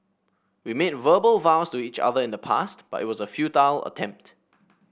we made verbal vows to each other in the past but it was a futile attempt